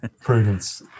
Prudence